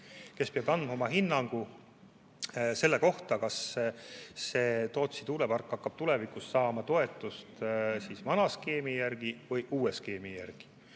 kes peab andma oma hinnangu selle kohta, kas Tootsi tuulepark hakkab tulevikus saama toetust vana skeemi järgi või uue skeemi järgi.